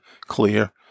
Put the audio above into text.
clear